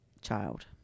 child